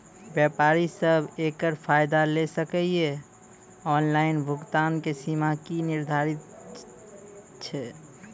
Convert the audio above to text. व्यापारी सब एकरऽ फायदा ले सकै ये? ऑनलाइन भुगतानक सीमा की निर्धारित ऐछि?